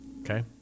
Okay